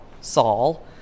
Saul